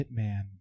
hitman